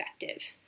effective